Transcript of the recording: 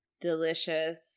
Delicious